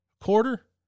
quarter